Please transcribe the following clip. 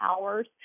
hours